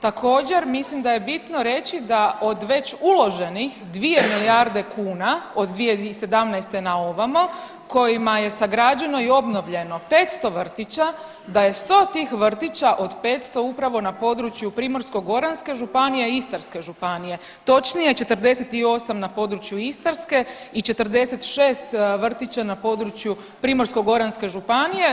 Također mislim da je bitno reći da od već uloženih 2 milijarde kuna od 2017. naovamo kojima je sagrađeno i obnovljeno 500 vrtića, da je 100 tih vrtića od 500 upravo na području Primorsko-goranske županije i Istarske županije, točnije 48 na području Istarske i 46 vrtića na području Primorsko-goranske županije.